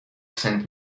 saint